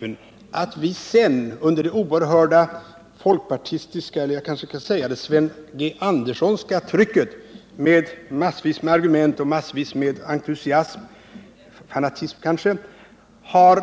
Det är ju en helt annan sak att vi i utskottet under det oerhörda folkpartistiska — eller jag kanske skall säga Sven G. Anderssonska — trycket med massvis av argument, entusiasm och kanske fanatism har